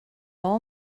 all